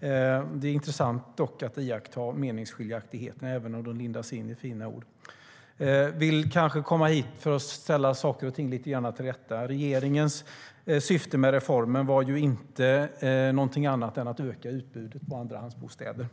Det är dock intressant att iaktta meningsskiljaktigheterna även om de lindas in i fina ord. De vill kanske komma hit för att ställa saker och ting lite till rätta. Den förra regeringens syfte med reformen var inte något annat än att öka utbudet på andrahandsbostäder.